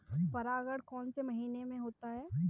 परागण कौन से महीने में होता है?